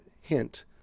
hint